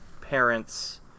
parents